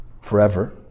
forever